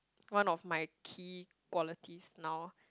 one of my key qualities now